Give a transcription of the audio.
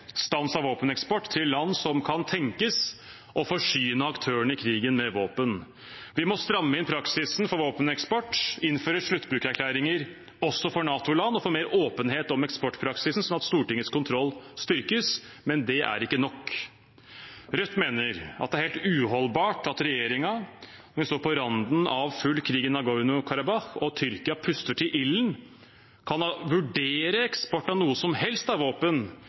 stans av våpeneksport til land som kan tenkes å forsyne aktørene i krigen med våpen. Vi må stramme inn praksisen for våpeneksport, innføre sluttbrukererklæringer også for NATO-land og få mer åpenhet om eksportpraksisen, sånn at Stortingets kontroll styrkes. Men det er ikke nok. Rødt mener at det er helt uholdbart at regjeringen når vi står på randen av full krig i Nagorno-Karabakh og Tyrkia puster til ilden, kan vurdere eksport av noe som helst av våpen